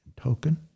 Token